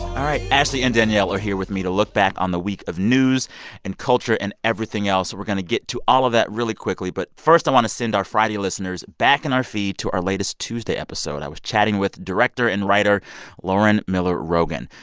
all right. ashley and danielle are here with me to look back on the week of news and culture and everything else. we're going to get to all of that really quickly but first, i want to send our friday listeners back in our feed to our latest tuesday episode. i was chatting with director and writer lauren miller rogen.